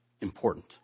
important